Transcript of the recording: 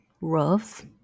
rough